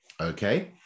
okay